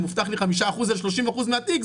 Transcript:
מובטח לי 5% על 30% מהתיק,